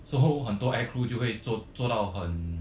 so 后很多 air crew 就会做做到很